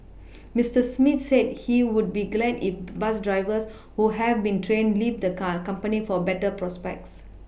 Mister Smith said he would be glad if bus drivers who have been trained leave the car company for better prospects